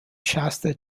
shasta